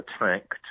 attacked